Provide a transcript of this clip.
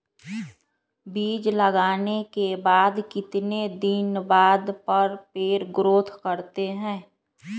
बीज लगाने के बाद कितने दिन बाद पर पेड़ ग्रोथ करते हैं?